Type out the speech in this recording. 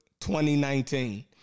2019